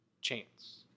chance